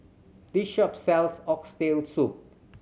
this shop sells Oxtail Soup